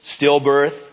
stillbirth